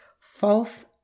false